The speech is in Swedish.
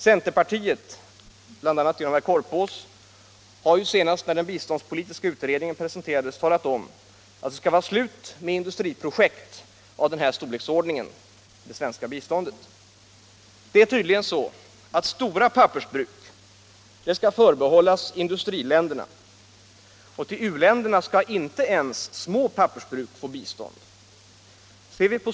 Centerpartiet, bl.a. genom herr Korpås, har ju senast när den biståndspolitiska utredningen presenterades talat om att det skall vara slut med industriprojekt av den här storleksordningen i det svenska biståndet. Det är tydligen så att stora pappersbruk skall förbehållas industriländerna och att u-länderna inte skall få bistånd ens till små pappersbruk.